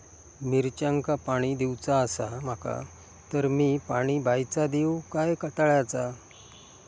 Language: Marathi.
मिरचांका पाणी दिवचा आसा माका तर मी पाणी बायचा दिव काय तळ्याचा?